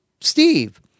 Steve